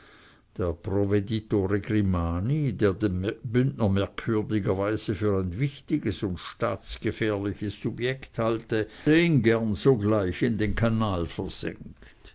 der provveditore grimani der den bündner merkwürdigerweise für ein wichtiges und staatsgefährliches subjekt halte hätte ihn gern sogleich in den kanal versenkt